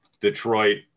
Detroit